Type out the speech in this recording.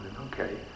okay